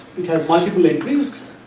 it has multiple entries